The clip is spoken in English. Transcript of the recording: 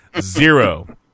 zero